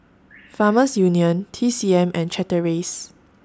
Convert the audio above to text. Farmers Union T C M and Chateraise